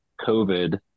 COVID